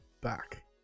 back